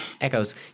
Echoes